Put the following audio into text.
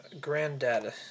Granddad